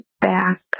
back